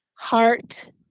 heart